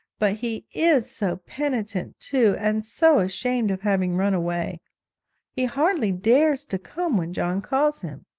but he is so penitent, too, and so ashamed of having run away he hardly dares to come when john calls him,